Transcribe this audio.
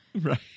Right